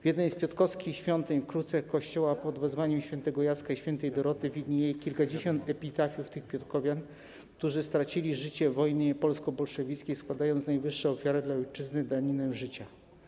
W jednej z piotrkowskich świątyń, w kruchcie kościoła pod wezwaniem św. Jacka i św. Doroty widnieje kilkadziesiąt epitafiów poświęconych tym piotrkowianom, którzy stracili życie w wojnie polsko-bolszewickiej, składając najwyższą ofiarę dla ojczyzny - daninę życia.